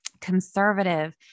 conservative